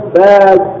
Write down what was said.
bad